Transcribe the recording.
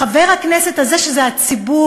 חבר הכנסת הזה, שזה הציבור,